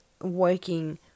working